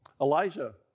Elijah